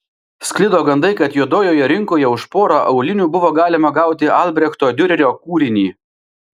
sklido gandai kad juodojoje rinkoje už porą aulinių buvo galima gauti albrechto diurerio kūrinį